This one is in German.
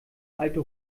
alte